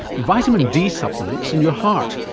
vitamin d supplements and your heart.